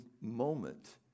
moment